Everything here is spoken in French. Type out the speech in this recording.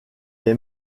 est